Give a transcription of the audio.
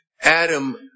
Adam